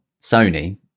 Sony